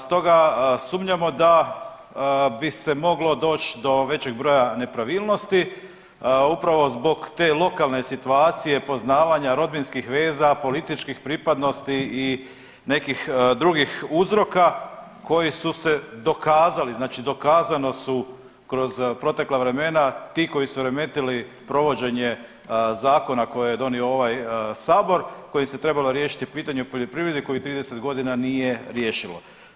Stoga sumnjamo da bi se moglo doć do većeg broja nepravilnosti upravo zbog te lokalne situacije poznavanja rodbinskih veza, političkih pripadnosti i nekih drugih uzroka koji su se dokazali, znači dokazano su kroz protekla vremena ti koji su remetili provođenje zakona koje je donio ovaj sabor kojim se trebalo riješiti pitanje u poljoprivredi koji 30.g. nije riješilo.